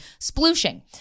Splooshing